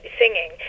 singing